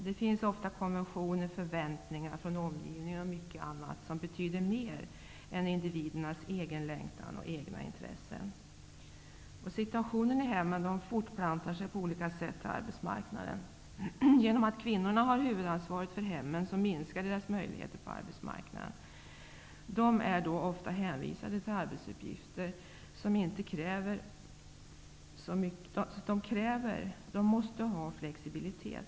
Det finns ofta konventioner, förväntningar från omgivningen och mycket annat som betyder mer än individernas egen längtan och egna intressen. Situationen i hemmen fortplantar sig på olika sätt till arbetsmarknaden. Genom att kvinnorna har huvudansvaret för hemmen minskar deras möjligheter på arbetsmarknaden. De är ofta hänvisade till arbetsuppgifter som inte kräver så mycket flexibilitet.